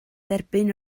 derbyn